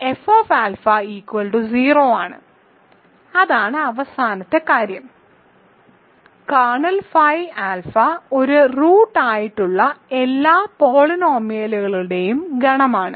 F α 0 ആണ് അതാണ് അവസാനത്തെ കാര്യം കേർണൽ ഫൈ ആൽഫ ഒരു റൂട്ട് ആയിട്ടുള്ള എല്ലാ പോളിനോമിയലുകളുടെയും ഗണമാണ്